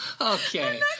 Okay